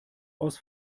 aus